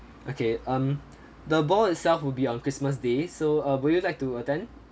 okay um the ball itself will be on christmas day so uh would you like to attend